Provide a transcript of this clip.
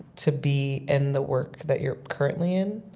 to be in the work that you're currently in,